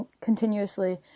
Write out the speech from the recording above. continuously